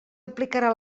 aplicarà